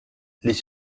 les